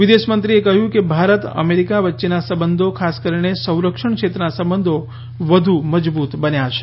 વિદેશમંત્રીએ કહ્યું કે ભારત અમેરિકા વચ્ચેના સંબંધી ખાસ કરીને સંરક્ષણ ક્ષેત્રના સંબંધો વધુ મજબૂત બન્યા છે